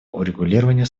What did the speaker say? урегулирование